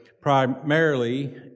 primarily